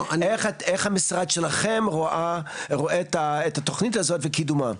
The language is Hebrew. איך המשרד שלכם רואה את התוכנית הזאת וקידומה,